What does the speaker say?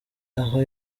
aho